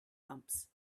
bumps